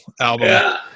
album